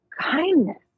kindness